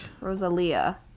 rosalia